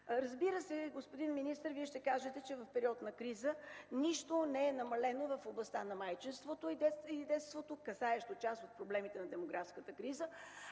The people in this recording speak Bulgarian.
Разбира се, господин министър, Вие ще кажете, че в период на криза нищо не е намалено в областта на майчинството и детството, касаещо част от проблемите на демографската криза.